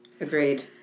Agreed